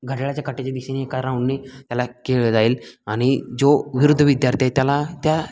घड्याळाच्या काट्याच्या दिशेने एका राऊंडने त्याला खेळ जाईल आणि जो विरुद्ध विद्यार्थी आहे त्याला त्या